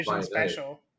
special